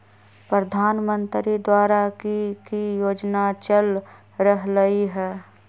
प्रधानमंत्री द्वारा की की योजना चल रहलई ह?